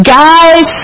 guys